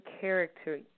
character